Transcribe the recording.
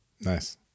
Nice